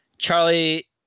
Charlie